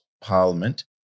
Parliament